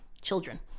children